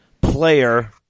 player